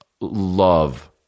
love